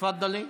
תפדלי.